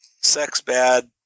sex-bad